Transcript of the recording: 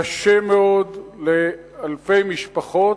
קשה מאוד לאלפי משפחות,